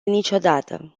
niciodată